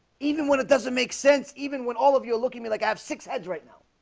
even when it doesn't make sense even when all of you are looking me like i have six heads right now